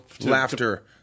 Laughter